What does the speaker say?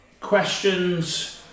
questions